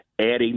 adding